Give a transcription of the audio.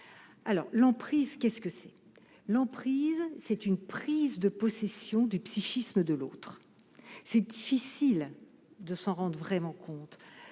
alors l'emprise qu'est ce que c'est l'emprise c'est une prise de possession du psychisme de l'autre, c'est difficile de s'en rende vraiment compte